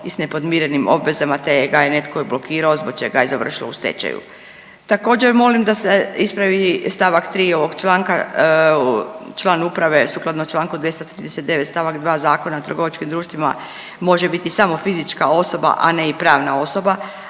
i sa nepodmirenim obvezama, te ga je netko i blokirao zbog čega je završilo u stečaju. Također molim da se ispravi stavak 3. ovog članka, član uprave sukladno članku 239. stavak 2. Zakona o trgovačkim društvima može biti samo fizička osoba, a ne i pravna osoba,